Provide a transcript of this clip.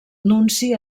nunci